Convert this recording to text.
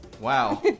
Wow